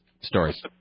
stories